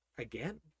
Again